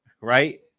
right